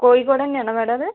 കോഴിക്കോട് തന്നെയാണോ മാഡം അത്